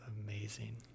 Amazing